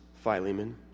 Philemon